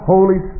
Holy